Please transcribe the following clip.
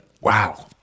Wow